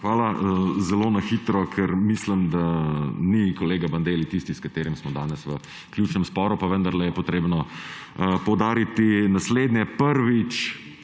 Hvala. Zelo na hitro, ker mislim, da ni kolega Bandelli tisti, s katerim smo danes v ključnem sporu, pa vendarle je treba poudariti naslednje. Prvič,